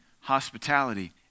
Hospitality